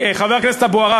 חבר הכנסת אבו עראר,